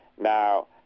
Now